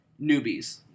newbies